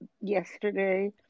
yesterday